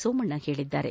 ಸೋಮಣ್ಡ ಹೇಳಿದ್ದಾರೆ